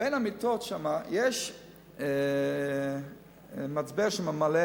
בין המיטות שם יש מצבר שממלא